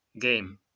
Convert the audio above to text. game